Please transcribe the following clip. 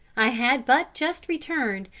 i had but just returned,